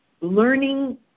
learning